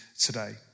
today